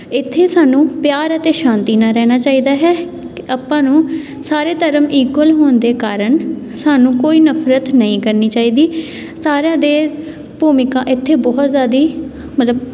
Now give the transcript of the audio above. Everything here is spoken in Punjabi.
ਇੱਥੇ ਸਾਨੂੰ ਪਿਆਰ ਅਤੇ ਸ਼ਾਂਤੀ ਨਾਲ ਰਹਿਣਾ ਚਾਹੀਦਾ ਹੈ ਆਪਾਂ ਨੂੰ ਸਾਰੇ ਧਰਮ ਇਕੁਅਲ ਹੋਣ ਦੇ ਕਾਰਨ ਸਾਨੂੰ ਕੋਈ ਨਫ਼ਰਤ ਨਹੀਂ ਕਰਨੀ ਚਾਹੀਦੀ ਸਾਰਿਆਂ ਦੇ ਭੂਮਿਕਾ ਇੱਥੇ ਬਹੁਤ ਜ਼ਿਆਦਾ ਮਤਲਬ